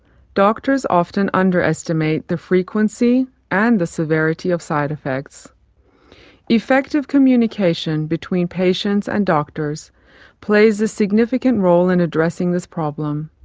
doctors often underestimate the frequency and the severity of side-effects. effective communication between patients and doctors plays a significant role in addressing this problem.